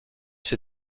ses